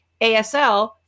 ASL